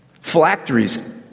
Phylacteries